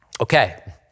Okay